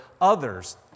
others